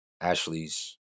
Ashley's